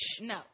no